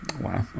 Wow